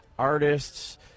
artists